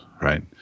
right